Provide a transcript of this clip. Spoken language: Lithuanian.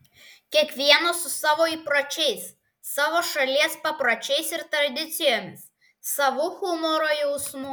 kiekvienas su savo įpročiais savo šalies papročiais ir tradicijomis savu humoro jausmu